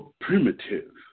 primitive